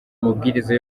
amabwiriza